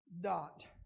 Dot